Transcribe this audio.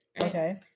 Okay